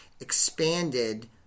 expanded